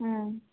ಊಂ